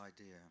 idea